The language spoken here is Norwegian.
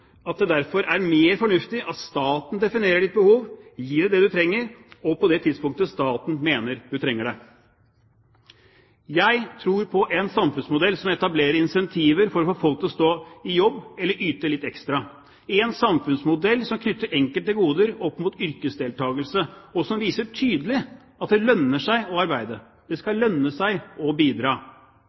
at det derfor er mer fornuftig at staten definerer den enkeltes behov og gir det man trenger, og på det tidspunktet staten mener man trenger det. Jeg tror på en samfunnsmodell som etablerer incentiver for å få folk til å stå i jobb eller yte litt ekstra – en samfunnsmodell som knytter enkelte goder opp mot yrkesdeltakelse, og som viser tydelig at det lønner seg å arbeide. Det skal lønne seg å bidra.